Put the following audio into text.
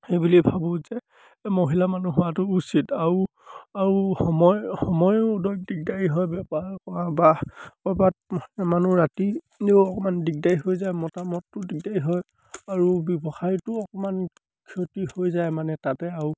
সেইবুলিয়ে ভাবোঁ যে মহিলা মানুহ হোৱাটো উচিত আৰু আৰু সময় সময়ো ধৰক দিগদাৰি হয় বেপাৰ কৰা বা ক'ৰবাত মানুহ ৰাতিও অকণমান দিগদাৰি হৈ যায় মতামতটো দিগদাৰি হয় আৰু ব্যৱসায়তো অকণমান ক্ষতি হৈ যায় মানে তাতে আৰু